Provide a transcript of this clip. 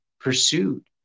pursued